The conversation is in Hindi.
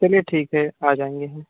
चलिए ठीक है आ जाएँगे हम